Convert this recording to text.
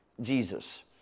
Jesus